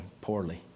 poorly